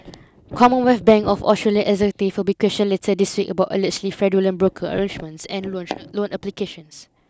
Commonwealth Bank of Australia executives will be questioned later this week about allegedly fraudulent broker arrangements and loan loan applications